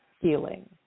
healing